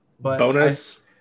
Bonus